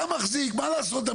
מה לעשות,